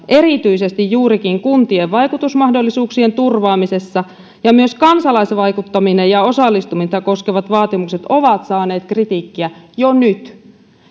erityisesti juurikin kuntien vaikutusmahdollisuuksien turvaamisessa ja myös kansalaisvaikuttaminen ja osallistumista koskevat vaatimukset ovat saaneet kritiikkiä jo nyt